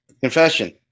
confession